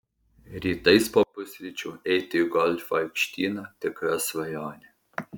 rytais po pusryčių eiti į golfo aikštyną tikra svajonė